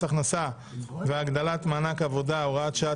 הכנסה והגדלת מענק עבודה (הוראת שעה),